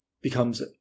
becomes